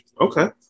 Okay